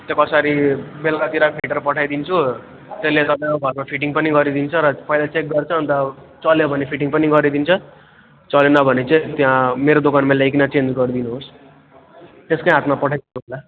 त्यो कसरी बेलुकातिर फिटर पठाइदिन्छु त्यसले तपाईँको घरमा फिटिङ पनि गरिदिन्छ र पहिला चेक गर्छ अन्त चल्यो भने फिटिङ पनि गरिदिन्छ चलेन भने चाहिँ त्यहाँ मेरो दोकानमा ल्याइकन चेन्ज गरिदिनुहोस् त्यसकै हातमा पठाइदिनु होला